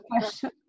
question